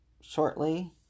shortly